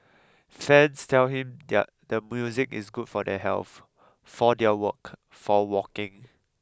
fans tell him the the music is good for their health for their work for walking